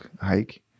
hike